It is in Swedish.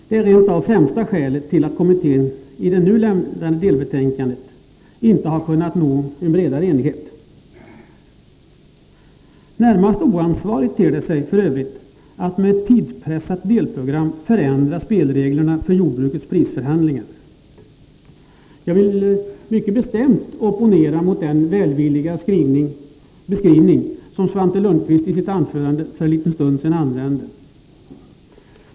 Det är rent av främsta skälet till att kommittén i det nu avlämnade delbetänkandet inte har kunnat nå bredare enighet. Närmast oansvarigt ter det sig f. ö. att med ledning av ett under tidspress framtaget delbetänkande förändra spelreglerna för jordbrukets prisförhandlingar. Jag vill mycket bestämt opponera mot den välvilliga beskrivning som Svante Lundkvist för en liten stund sedan gav i sitt anförande.